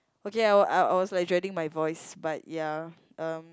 okay I were I was like dreading my voice but ya um